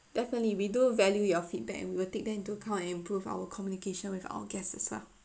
definitely we do value your feedback and we will take them into account and improve our communication with our guest as well